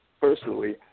personally